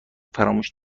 فراموش